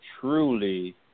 truly